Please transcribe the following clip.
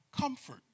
comfort